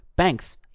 Banks